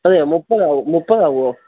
അതെയോ മുപ്പതാകും മുപ്പതാകുമോ